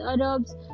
Arabs